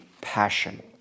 Passion